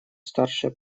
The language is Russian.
старшее